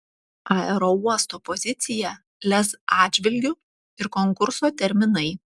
aerouosto pozicija lez atžvilgiu ir konkurso terminai